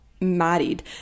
married